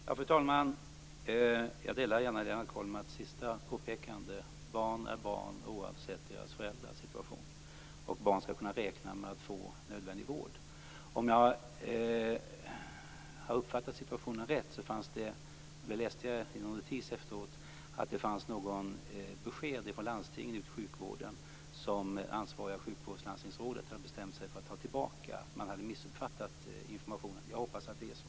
Fru talman! Jag instämmer gärna i Lennart Kollmats avslutande påpekande, att barn är barn oavsett deras föräldrars situation. Barn skall kunna räkna med att få nödvändig vård. Om jag har uppfattat det hela rätt - och jag läste det i en notis efteråt - hade det ansvariga sjukvårdslandstingsrådet bestämt sig för att ta tillbaka beskedet från landstinget. Man hade missuppfattat informationen. Jag hoppas att det är så.